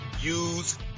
use